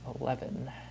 eleven